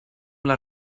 les